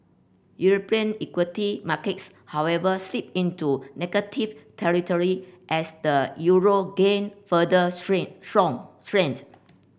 European equity markets however slipped into negative territory as the euro gained further strength strong strength